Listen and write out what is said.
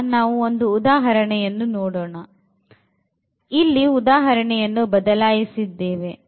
ಈಗ ನಾವು ಉದಾಹರಣೆಯನ್ನು ನೋಡೋಣ ಇಲ್ಲಿ ಉದಾಹರಣೆಯನ್ನು ಬದಲಾಯಿಸಿದ್ದೇವೆ